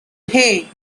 hey